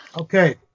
Okay